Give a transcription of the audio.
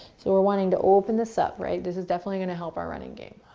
we're wanting to open this up, right? this is definitely going to help our running game.